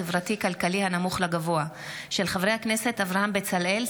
דיון מהיר בהצעתם של חברי הכנסת אברהם בצלאל,